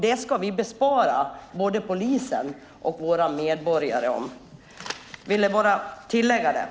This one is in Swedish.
Det ska vi bespara både polisen och våra medborgare. Jag ville bara tillägga detta.